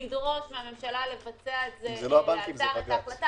לדרוש מהממשלה לבצע את ההחלטה.